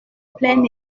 plein